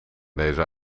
deze